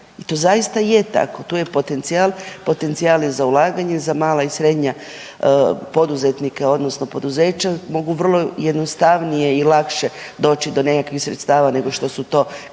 i to zaista je tako. Tu je potencijal, potencijal je za ulaganje za mala i srednje poduzetnike odnosno poduzeća mogu vrlo jednostavnije i lakše doći do nekakvih sredstava nego što su to klasični